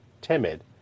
timid